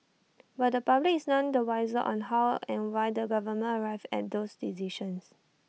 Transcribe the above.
but the public is none the wiser on how and why the government arrived at those decisions